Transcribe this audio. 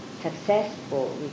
successful